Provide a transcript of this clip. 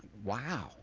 wow